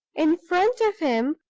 in front of him,